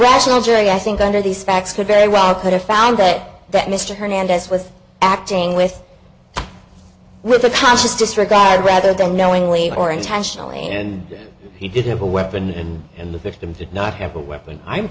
rational jury i think under these facts could very well could have found that that mr hernandez was acting with with a conscious disregard rather than knowingly or intentionally and he did have a weapon and the victim did not have a weapon i'm